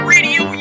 Radio